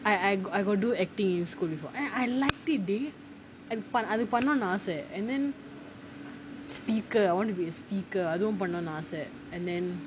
I I I got do acting in school before and I like it டி:di and அது பண்ணனும்னு ஆச:athu pannanumnu aasa and then speaker I want to be a speaker அதுவும் பண்ணனும் ஆச:athuvum pannanum aasa and then